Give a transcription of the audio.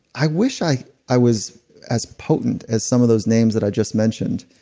i wish i i was as potent as some of those names that i just mentioned.